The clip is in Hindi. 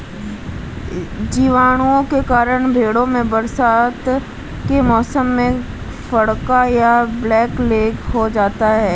जीवाणुओं के कारण भेंड़ों में बरसात के मौसम में फड़का या ब्लैक लैग हो जाता है